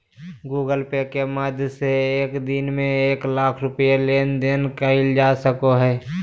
Google Pay के माध्यम से एक दिन में एक लाख रुपया के लेन देन करल जा सको हय